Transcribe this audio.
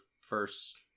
first